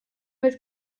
mit